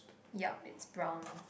ya it's brown